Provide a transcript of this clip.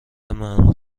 مزبور